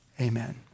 Amen